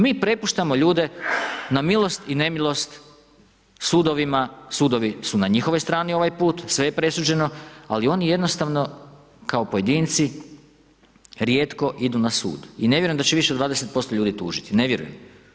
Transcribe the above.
Mi prepuštamo ljude na milost i nemilost sudovima, sudovi su na njihovoj strani ovaj put, sve je presuđeno, mi jednostavno kao pojedinci rijetko idu na sud i ne vjerujem da će više od 20% ljudi tužiti, ne vjerujem.